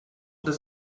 does